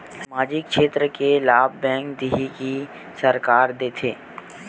सामाजिक क्षेत्र के लाभ बैंक देही कि सरकार देथे?